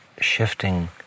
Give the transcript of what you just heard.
shifting